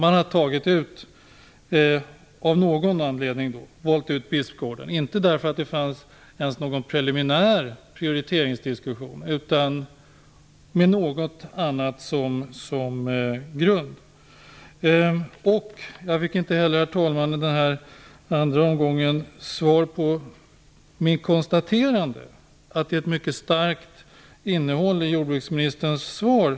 Av någon anledning har man valt ut Bispgården. Det har inte skett därför att det fanns ens någon preliminär prioriteringsdiskussion om detta. Man har haft någon annan grund för detta. I den här andra omgången fick jag inte heller någon kommentar till mitt konstaterande att det är ett mycket starkt innehåll i jordbruksministerns svar.